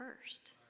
first